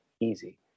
easy